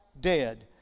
dead